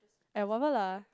at whatever lah